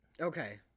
Okay